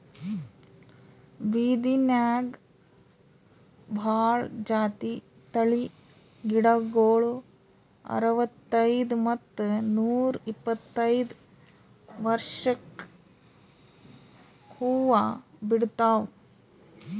ಬಿದಿರ್ನ್ಯಾಗ್ ಭಾಳ್ ಜಾತಿ ತಳಿ ಗಿಡಗೋಳು ಅರವತ್ತೈದ್ ಮತ್ತ್ ನೂರ್ ಇಪ್ಪತ್ತೈದು ವರ್ಷ್ಕ್ ಹೂವಾ ಬಿಡ್ತಾವ್